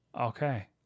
Okay